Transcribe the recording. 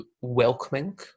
welcoming